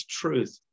truth